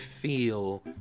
feel